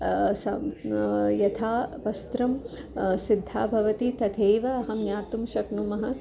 सं यथा वस्त्रं सिद्धं भवति तथैव अहं ज्ञातुं शक्नुमः